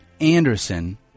Anderson